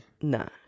No